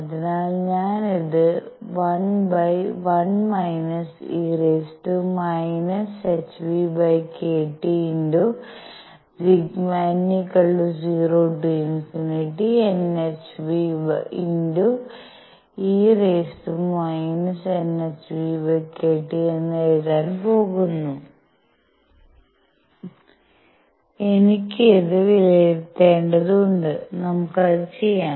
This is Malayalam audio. അതിനാൽ ഞാൻ ഇത് 11 e⁻ʰᵛᴷᵀ∑∞ₙ₌₀nhve⁻ⁿʰᵛᴷᵀ എന്ന് എഴുതാൻ പോകുന്നു എനിക്ക് ഇത് വിലയിരുത്തേണ്ടതുണ്ട് നമുക്ക് അത് ചെയ്യാം